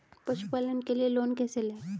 पशुपालन के लिए लोन कैसे लें?